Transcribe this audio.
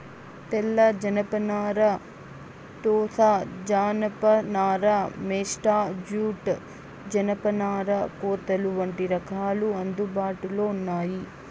తెల్ల జనపనార, టోసా జానప నార, మేస్టా జూట్, జనపనార కోతలు వంటి రకాలు అందుబాటులో ఉన్నాయి